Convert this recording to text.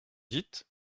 dites